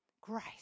Grace